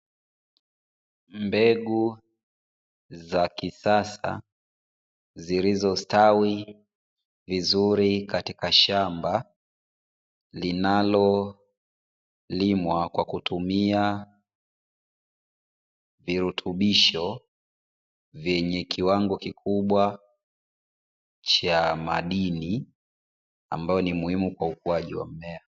Mbegu za kisasa zilizostawi vizuri katika shamba linalo limwa kwa kutumia virutubisho, vyenye kiwango kikubwa cha madini ambayo ni muhimu kwa ukuaji wa mmea.